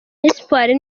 espoir